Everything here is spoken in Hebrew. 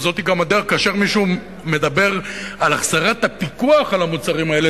כאשר מישהו מדבר על החזרת הפיקוח על המוצרים האלה,